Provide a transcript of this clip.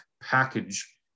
package